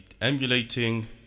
emulating